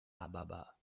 ababa